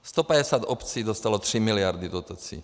Sto padesát obcí dostalo tři miliardy dotací.